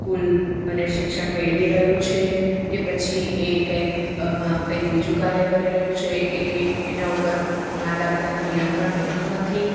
school અને શિક્ષણ મેળવી રહ્યું છે કે પછી એ કંઈક એમાં કંઈક બીજું કાર્ય કરી રહ્યું છે એ એના ઉપર મતાપિતાનું નિયંત્રણ રહેતું નથી